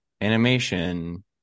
animation